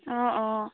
অঁ অঁ